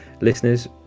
Listeners